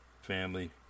family